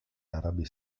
arabi